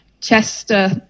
Chester